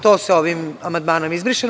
To se ovim amandmanom izbriše.